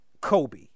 Kobe